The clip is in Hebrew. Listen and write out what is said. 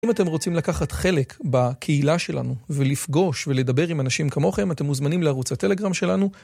אם אתם רוצים לקחת חלק בקהילה שלנו ולפגוש ולדבר עם אנשים כמוכם אתם מוזמנים לערוץ הטלגרם שלנו